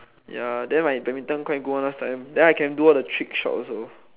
ya than my badminton quite good one last time than I can do all the trick shot also